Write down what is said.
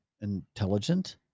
intelligent